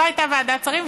לא הייתה ועדת שרים,